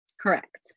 Correct